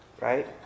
right